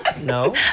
No